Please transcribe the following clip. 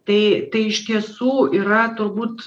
tai tai iš tiesų yra turbūt